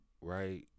right